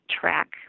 track